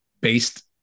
based